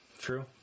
True